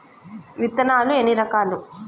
విత్తనాలు ఎన్ని రకాలు?